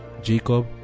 Jacob